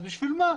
אז בשביל מה?